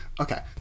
Okay